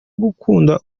gukunda